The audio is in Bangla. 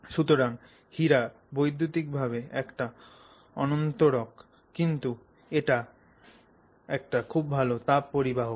সুতরাং হীরা বৈদ্যুতিকভাবে একটা অন্তরক কিন্তু এটা একটা খুব ভালো তাপ পরিবাহক